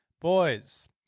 Boys